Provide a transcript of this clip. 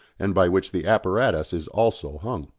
and by which the apparatus is also hung.